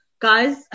guys